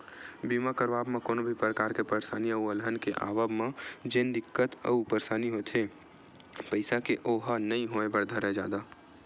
बीमा करवाब म कोनो भी परकार के परसानी अउ अलहन के आवब म जेन दिक्कत अउ परसानी होथे पइसा के ओहा नइ होय बर धरय जादा